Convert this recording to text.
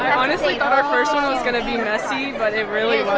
honestly thought our first one was gonna be messy, but it really